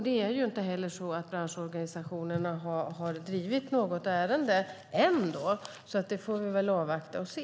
Det är inte heller så att branschorganisationerna har drivit något ärende än, så vi får avvakta och se.